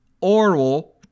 oral